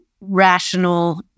rational